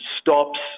stops